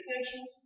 essentials